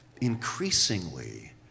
increasingly